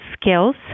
skills